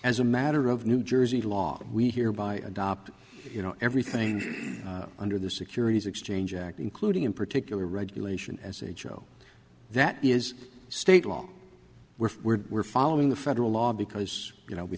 as a matter of new jersey law we here by adopting you know everything under the securities exchange act including in particular regulation as a joe that is state law we're we're we're following the federal law because you know we